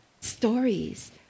stories